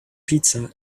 pizza